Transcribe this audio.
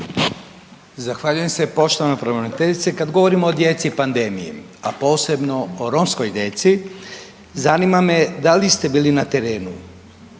Zahvaljujem se. Poštovana pravobraniteljice kad govorimo o djeci i pandemiji, a posebno o romskoj djeci zanima me da li ste bili na terenu